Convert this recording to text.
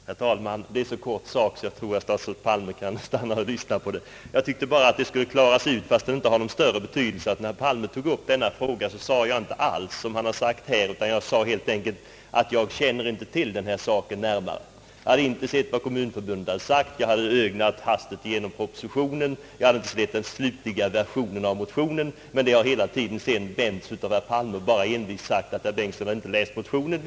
Herr talman! Mitt anförande skall bli så kort att jag tror att statsrådet Palme kan stanna och lyssna på det! Det är en sak som jag tycker bör kla ras ut, fastän den inte har någon större betydelse. Jag har inte alls uttryckt mig så som statsrådet Palme nu påstår. Jag sade helt enkelt att jag inte kände till saken närmare. Jag hade inte läst vad Kommunförbundet sagt. Jag hade endast hastigt ögnat igenom propositionen. Jag hade inte sett den slutliga versionen av motionen. Detta förhållande har vänts av statsrådet Palme, som bara envist påstår, att herr Bengtson inte har läst motionen.